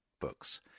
Books